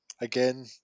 again